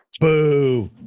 Boo